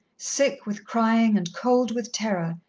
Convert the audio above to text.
sick with crying and cold with terror,